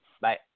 Bye